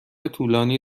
طولانی